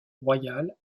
royale